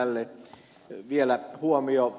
hemmilälle vielä huomio